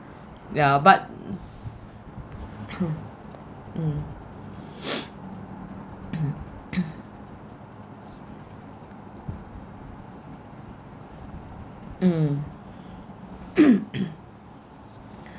ya but mm